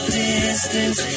distance